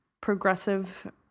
progressive